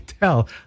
tell